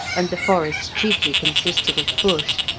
and the forest chiefly consisted of bush,